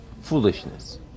foolishness